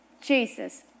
Jesus